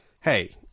hey